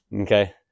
Okay